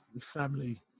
family